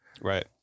right